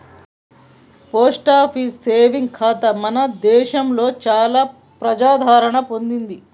post office saving ఖాతా మన దేశంలో చాలా ప్రజాదరణ పొందింది